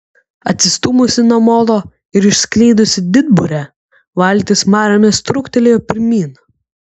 atsistūmusi nuo molo ir išskleidusi didburę valtis mariomis trūktelėjo pirmyn